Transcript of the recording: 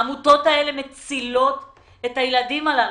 העמותות האלה מצילות את הילדים הללו.